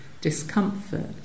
discomfort